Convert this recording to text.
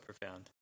profound